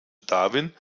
darwin